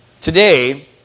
Today